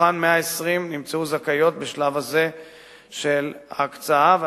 מתוכן 120 נמצאו זכאיות בשלב הזה של ההקצאה,